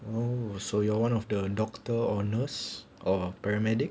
oh so you're one of the doctor or nurse or paramedic